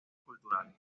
culturales